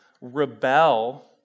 rebel